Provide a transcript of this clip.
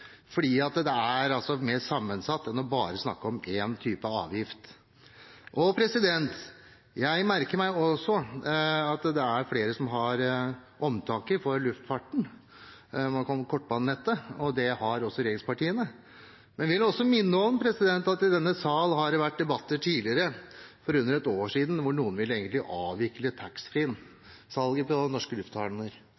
fordi vi tar en helhetlig gjennomgang, fordi det er mer sammensatt enn bare å snakke om én type avgift. Jeg merker meg at det er flere som har omtanke for luftfarten, kortbanenettet, og det har også regjeringspartiene. Men jeg vil også minne om at i denne sal har det vært debatter tidligere, for under ett år siden, hvor noen ville avvikle